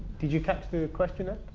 did you catch the question, ed?